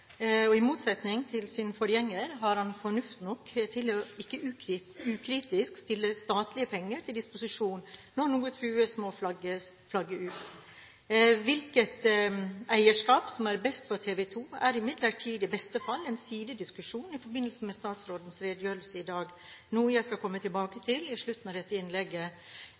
i Norge. I motsetning til sin forgjenger har han fornuft nok til ikke ukritisk å stille statlige penger til disposisjon når det trues med å flagge ut noe. Hvilket eierskap som er best for TV 2, er imidlertid i beste fall en sidediskusjon i forbindelse med statsrådens redegjørelse i dag – noe jeg skal komme tilbake til i slutten av dette innlegget.